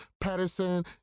Patterson